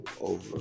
over